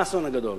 מה האסון הגדול?